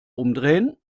umdrehen